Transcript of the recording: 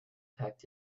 packed